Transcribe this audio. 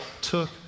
took